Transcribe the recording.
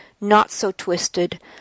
not-so-twisted